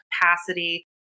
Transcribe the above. capacity